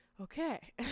okay